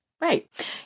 Right